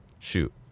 Shoot